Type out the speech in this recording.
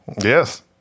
yes